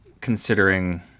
considering